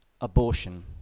abortion